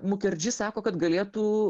mukerdži sako kad galėtų